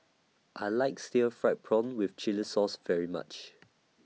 I like Stir Fried Prawn with Chili Sauce very much